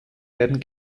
werden